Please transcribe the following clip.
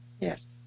Yes